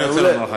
מעולה.